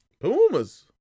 Pumas